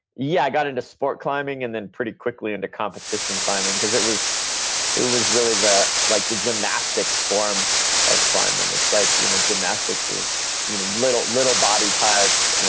yeah, i got into sport climbing and then pretty quickly into competition climbing because it was it was really the like the gymnastic form of climbing. it's like you know gymnastics you know little little body types,